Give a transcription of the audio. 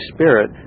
Spirit